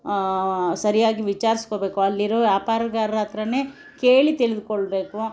ಸರಿಯಾಗಿ ವಿಚಾರ್ಸ್ಕೋಬೇಕು ಅಲ್ಲಿ ಇರೋ ವ್ಯಾಪಾರಗಾರರ ಹತ್ತಿರಾನೇ ಕೇಳಿ ತಿಳಿದುಕೊಳ್ಬೇಕು